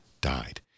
died